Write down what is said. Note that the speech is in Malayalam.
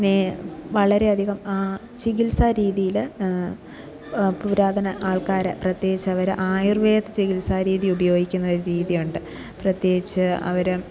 നേ വളരെയധികം ചികിത്സാരീതിയിൽ പുരാതന ആൾക്കാർ പ്രത്യേകിച്ച് അവർ ആയുർവേദ ചികിത്സാരീതി ഉപയോഗിക്കുന്ന ഒരു രീതിയുണ്ട് പ്രത്യേകിച്ച് അവർ